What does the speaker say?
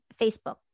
Facebook